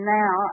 now